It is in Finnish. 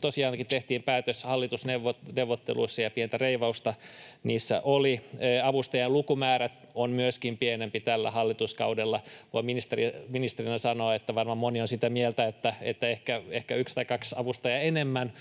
tosiaankin tehtiin päätös hallitusneuvotteluissa, ja pientä reivausta niissä oli. Avustajien lukumäärä on myöskin pienempi tällä hallituskaudella. Voin ministerinä sanoa, että varmaan moni on sitä mieltä, että ehkä yksi tai kaksi avustajaa enemmän